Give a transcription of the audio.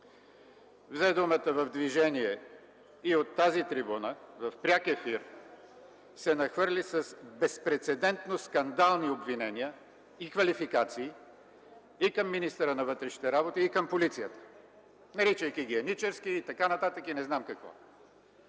взе думата в движение и от тази трибуна в пряк ефир се нахвърли с безпрецедентно скандални обвинения и квалификации и към министъра на вътрешните работи, и към полицията, наричайки ги „еничарски” и така нататък.